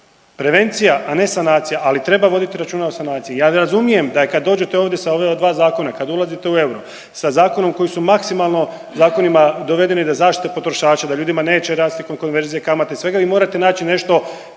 Prevencija, a ne sanacija, ali treba voditi računa o sanaciji. Ja razumijem da kad dođete ovdje sa ova dva zakona, kad ulazite u euro sa zakonom koji su maksimalno, zakonima dovedeni da zaštite potrošače, da ljudima neće rasti konverzije, kamate i svega. Vi morate naći nešto